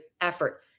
effort